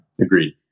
Agreed